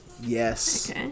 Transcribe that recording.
Yes